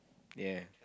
yea